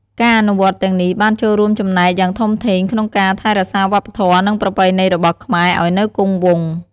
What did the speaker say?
ការអនុវត្តទាំងនេះបានចូលរួមចំណែកយ៉ាងធំធេងក្នុងការ ថែរក្សាវប្បធម៌ និងប្រពៃណីរបស់ខ្មែរឱ្យនៅគង់វង្ស។